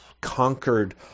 conquered